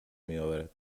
میآورد